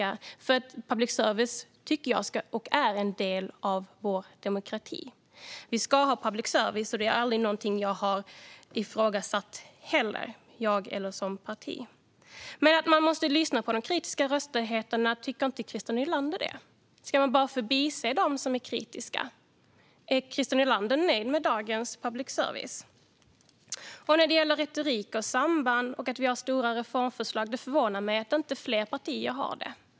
Jag tycker att public service ska vara - och är - en del av vår demokrati. Vi ska ha public service, och detta är heller inte någonting som jag eller mitt parti har ifrågasatt. Tycker inte Christer Nylander att man måste lyssna på de kritiska rösterna? Ska man bara bortse från dem som är kritiska? Är Christer Nylander nöjd med dagens public service? När det gäller retorik och samband med att vi har förslag på stora reformer förvånar det mig faktiskt att inte fler partier har det.